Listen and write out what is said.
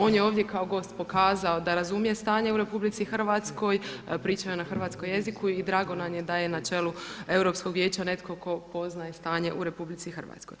On je ovdje kao gost pokazao da razumije stanje u RH, pričao je na hrvatskom jeziku i drago nam je da je na čelu Europskog vijeća netko tko poznaje stanje u RH.